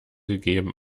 gegeben